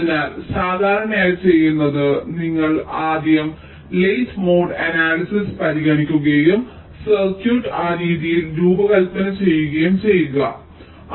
അതിനാൽ സാധാരണയായി ചെയ്യുന്നത് നിങ്ങൾ ആദ്യം ലേറ്റ് മോഡ് അനാലിസിസ് പരിഗണിക്കുകയും സർക്യൂട്ട് ആ രീതിയിൽ രൂപകൽപ്പന ചെയ്യുകയും ചെയ്യുക എന്നതാണ്